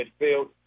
midfield